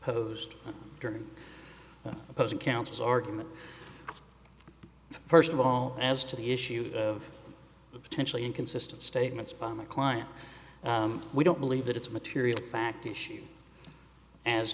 posed during those encounters argument first of all as to the issue of the potentially inconsistent statements by my client we don't believe that it's material fact issue as